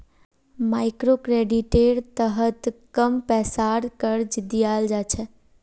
मइक्रोक्रेडिटेर तहत कम पैसार कर्ज दियाल जा छे